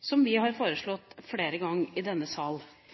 som vi har foreslått flere ganger i denne sal.